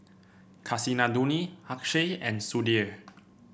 Kasinadhuni Akshay and Sudhir